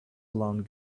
alone